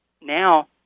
now